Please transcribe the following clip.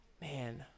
man